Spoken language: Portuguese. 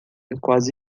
quase